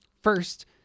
First